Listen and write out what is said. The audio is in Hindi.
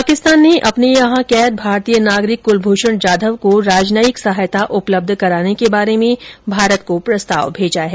पाकिस्तान ने अपने यहां कैद भारतीय नागरिक कुलभूषण जाधव को राजनयिक सहायता उपलब्ध कराने के बारे में भारत को प्रस्ताव भेजा है